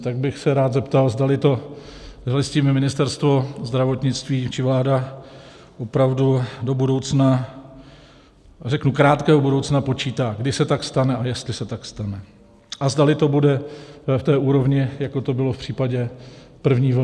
Tak bych se rád zeptal, zdali s tím Ministerstvo zdravotnictví či vláda opravdu do budoucna, řeknu krátkého budoucna, počítá, kdy se tak stane a jestli se tak stane a zdali to bude v té úrovni, jako to bylo v případě první vlny.